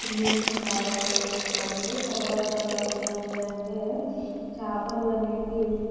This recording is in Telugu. చున్నీలకి చాలా వచ్చేవి చేపలు తర్వాత తర్వాత ఏం అయింది అంటే చేపలు అనేది